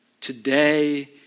Today